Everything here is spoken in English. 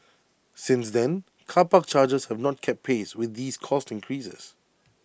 since then car park charges have not kept pace with these cost increases